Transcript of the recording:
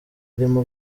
urimo